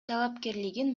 талапкерлигин